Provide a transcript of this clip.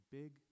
big